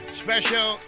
special